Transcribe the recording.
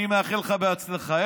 אני מאחל לך בהצלחה.